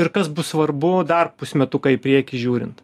ir kas bus svarbu dar pusmetuką į priekį žiūrint